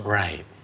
right